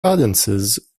audiences